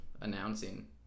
announcing